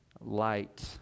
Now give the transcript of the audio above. light